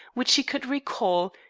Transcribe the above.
which he could recall,